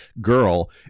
girl